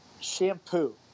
shampoo